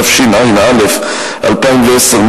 התשע"א 2010,